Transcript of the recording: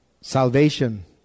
Salvation